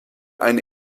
eine